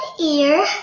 ear